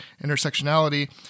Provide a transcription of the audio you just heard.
intersectionality